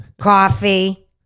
Coffee